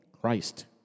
Christ